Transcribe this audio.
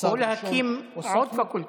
בצעד ראשון, או להקים עוד פקולטות.